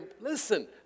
listen